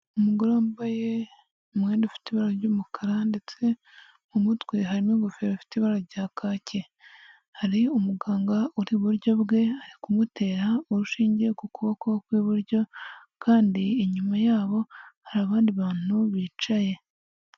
Umugore wambaye umwenda ufite ibara ry'umukara ndetse mu mutwe harimo ingofero ifite ibara rya kake, hari umuganga uri iburyo bwe, ari kumutera urushinge ku kuboko kw'iburyo kandi inyuma yabo hari abandi bantu bicaye.